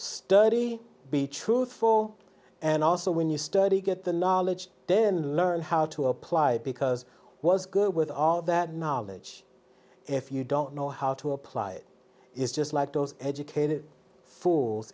study be truthful and also when you study get the knowledge then learn how to apply because was good with all that knowledge if you don't know how to apply it is just like those educated fo